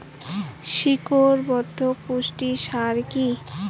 শিকড় বর্ধক পুষ্টি সার কি?